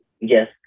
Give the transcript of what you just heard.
yes